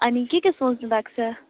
अनि के के सोच्नुभएको छ